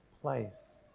place